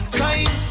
time